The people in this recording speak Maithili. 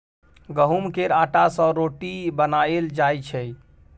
गहुँम केर आँटा सँ रोटी बनाएल जाइ छै